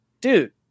dude